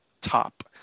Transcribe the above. top